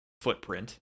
footprint